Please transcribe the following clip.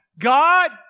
God